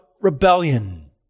rebellion